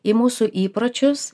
į mūsų įpročius